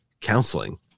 counseling